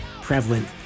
prevalent